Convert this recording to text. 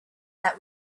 that